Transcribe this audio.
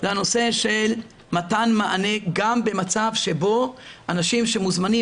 זה הנושא של מתן מענה גם במצב שבו אנשים שמוזמנים